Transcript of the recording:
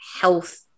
health